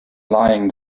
lying